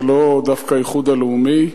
זה לאו דווקא האיחוד הלאומי,